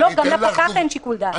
גם לפקח אין שיקול דעת.